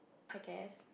I guess